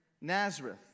Nazareth